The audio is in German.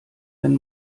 wenn